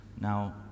Now